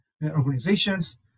organizations